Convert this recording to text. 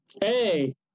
Hey